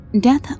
Death